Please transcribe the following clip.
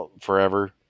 forever